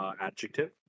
Adjective